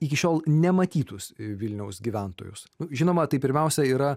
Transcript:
iki šiol nematytus vilniaus gyventojus žinoma tai pirmiausia yra